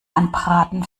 anbraten